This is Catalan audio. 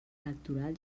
electoral